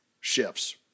shifts